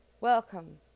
Welcome